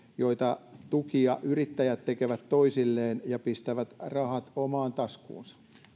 joita yrittäjät tekevät toisilleen ja pistävät rahat omaan taskuunsa